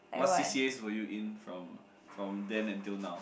what c_c_as were you in from from then until now